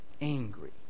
angry